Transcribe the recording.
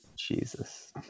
Jesus